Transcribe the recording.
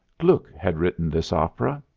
gluck had written this opera.